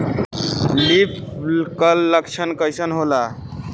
Leaf curl लक्षण कइसन होला?